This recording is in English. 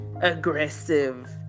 aggressive